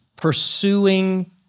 pursuing